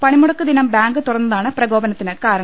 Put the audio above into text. പണിമുടക്ക്ദിനം bank തുറന്നതാണ് പ്രകോപനത്തിന് കാരണം